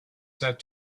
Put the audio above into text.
said